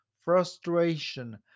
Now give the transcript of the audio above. frustration